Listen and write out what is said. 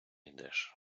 йдеш